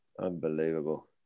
Unbelievable